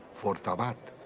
fortabat,